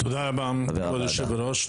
תודה רבה כבוד יושב-הראש.